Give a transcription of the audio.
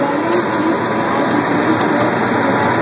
balance sheet, आय विवरण, कोष परवाह,